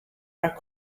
are